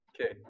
Okay